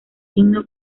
himno